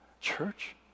church